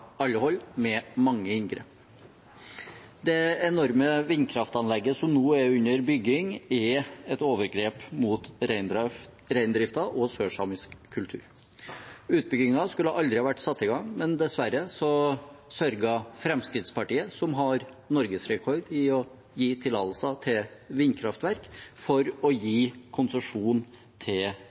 alle hold med mange inngrep. Det enorme vindkraftanlegget som nå er under bygging, er et overgrep mot reindriften og sørsamisk kultur. Utbyggingen skulle aldri ha vært satt i gang, men dessverre sørget Fremskrittspartiet, som har norgesrekord i å gi tillatelser til vindkraftverk, for å gi konsesjon til